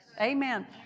Amen